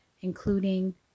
including